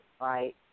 right